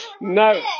no